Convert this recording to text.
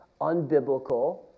unbiblical